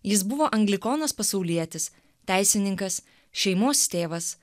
jis buvo anglikonas pasaulietis teisininkas šeimos tėvas